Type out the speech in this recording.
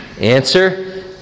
Answer